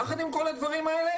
יחד עם כל הדברים האלה,